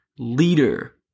Leader